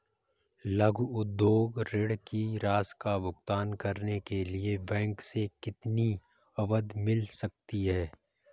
लघु उद्योग ऋण की राशि का भुगतान करने के लिए बैंक से कितनी अवधि मिल सकती है?